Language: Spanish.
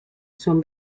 son